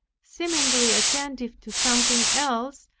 seemingly attentive to something else,